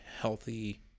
healthy